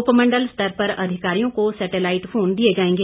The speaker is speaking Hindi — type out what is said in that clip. उपमंडल स्तर पर अधिकारियों को सेटेलाइट फोन दिए जाएंगे